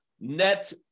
net